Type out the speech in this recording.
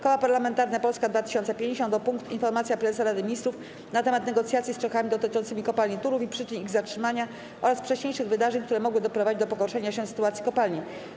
Koło Parlamentarne Polska 2050 o punkt: Informacja Prezesa Rady Ministrów na temat negocjacji z Czechami dotyczących kopalni Turów i przyczyn ich zatrzymania oraz wcześniejszych wydarzeń, które mogły doprowadzić do pogorszenia się sytuacji kopalni.